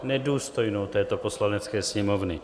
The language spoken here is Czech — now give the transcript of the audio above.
Nedůstojnou této Poslanecké sněmovny!